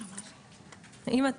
אמא,